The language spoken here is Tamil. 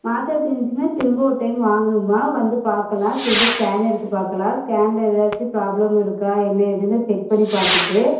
மாத்திர தீர்ந்துருச்சுனா திரும்ப ஒரு டைம் வாங்கம்மா வந்து பார்க்கலாம் திரும்ப ஸ்கேன் எடுத்து பார்க்கலாம் ஸ்கேனில் ஏதாச்சும் ப்ராப்ளம் இருக்கா என்ன ஏதுன்னு செக் பண்ணி பார்த்துட்டு